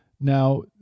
Now